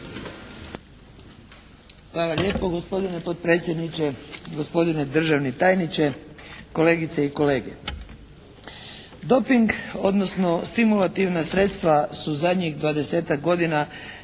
Hvala lijepo gospodine potpredsjedniče, gospodine državni tajniče, kolegice i kolege. Doping, odnosno stimulativna sredstva su zadnjih 20-tak godina